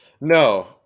No